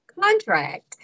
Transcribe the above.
contract